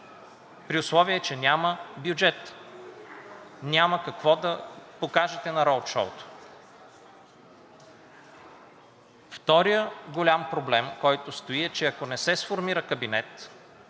при условие че няма бюджет, няма какво да покажете на роудшоуто? Вторият голям проблем, който стои, е, че ако не се сформира кабинет,